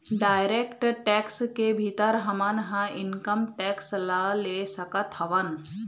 direct tax के भीतर हमन ह इनकम टेक्स ल ले सकत हवँन